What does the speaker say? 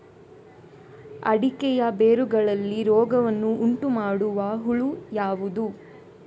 ಅಡಿಕೆಯ ಬೇರುಗಳಲ್ಲಿ ರೋಗವನ್ನು ಉಂಟುಮಾಡುವ ಹುಳು ಯಾವುದು?